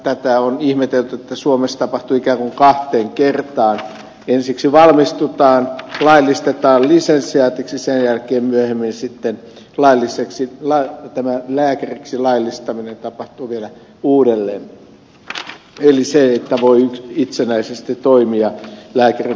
tätä on ihmetelty että suomessa laillistaminen tapahtuu ikään kuin kahteen kertaan ensiksi valmistutaan laillistetaan lisensiaatiksi sen jälkeen myöhemmin sitten tämä lääkäriksi laillistaminen tapahtuu vielä uudelleen jotta voi itsenäisesti toimia lääkärintoimen harjoittajana